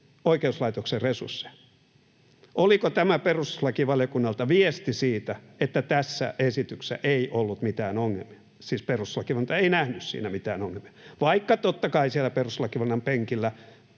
oikeuslaitoksen resursseja. Oliko tämä perustuslakivaliokunnalta viesti siitä, että tässä esityksessä ei ollut mitään ongelmia? Siis perustuslakivaliokunta ei nähnyt siinä mitään ongelmia, vaikka totta kai siellä perustuslakivaliokunnan penkillä